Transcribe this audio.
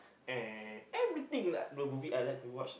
and everything lah no movie that I like to watch that